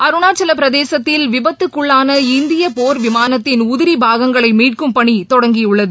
அருணாச்சல பிரதேசத்தில் விபத்துக்குள்ளான இந்திய போா் விமானத்தின் உதிரிப் பாகங்களை மீட்கும் பணி தொடங்கியுள்ளது